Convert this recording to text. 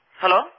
Hello